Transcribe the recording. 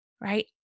Right